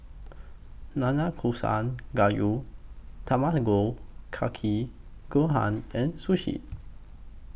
Nanakusa Gayu Kake Gohan and Sushi